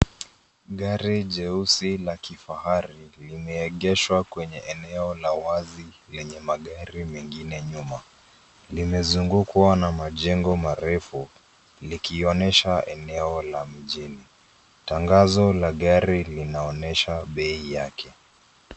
Gari jeusi la kifahari limeegeshwa kwenye eneo la wazi lenye magari mengine nyuma. Limezungukwa na majengo marefu likionyesha eneo la mjini. Tangazo la gari linaonyesha bei yake.